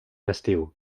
estiu